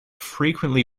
frequently